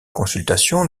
consultations